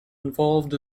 involved